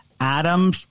Adam